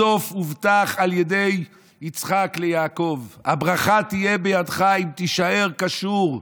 בסוף הובטח על ידי יצחק ליעקב: הברכה תהיה בידך אם תישאר קשור,